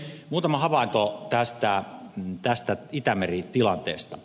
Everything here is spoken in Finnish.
muutama havainto tästä itämeri tilanteesta